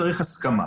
צריך הסכמה.